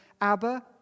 abba